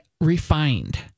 refined